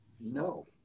No